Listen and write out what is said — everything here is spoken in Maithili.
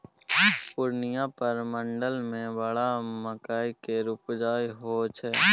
पूर्णियाँ प्रमंडल मे बड़ मकइ केर उपजा होइ छै